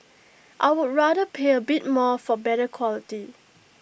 I would rather pay A bit more for better quality